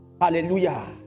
Hallelujah